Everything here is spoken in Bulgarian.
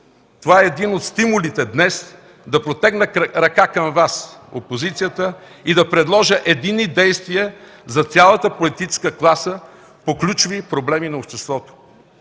Това е един от стимулите днес да протегна ръка към Вас, опозицията, и да предложа единни действия за цялата политическа класа по ключови проблеми на обществото.